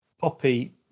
Poppy